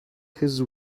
his